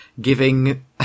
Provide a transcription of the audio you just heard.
giving